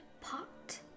pot